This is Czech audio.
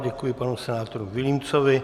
Děkuji panu senátoru Vilímcovi.